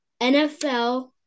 NFL